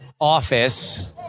office